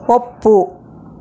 ಒಪ್ಪು